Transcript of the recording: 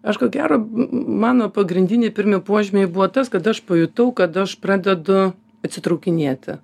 aš ko gero mano pagrindiniai pirmi požymiai buvo tas kad aš pajutau kad aš pradedu atsitraukinėti